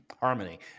harmony